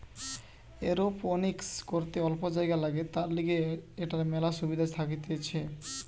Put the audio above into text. aeroponics করিতে অল্প জাগা লাগে, তার লিগে এটার মেলা সুবিধা থাকতিছে